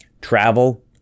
travel